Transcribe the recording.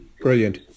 brilliant